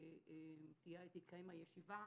כשתתקיים הישיבה,